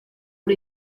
por